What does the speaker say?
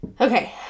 Okay